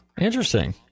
Interesting